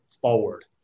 forward